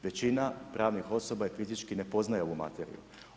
Većina pravnih osoba fizički ne poznaje ovu materiju.